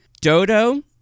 Dodo